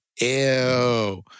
Ew